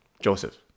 Joseph